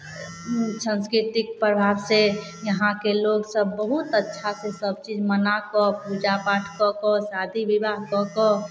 उ संस्कीर्तिक प्रभाव से यहाँके लोग सब बहुत अच्छा से सब चीज मनाकऽ पूजा पाठ कऽकऽ शादी विवाह कऽ कऽ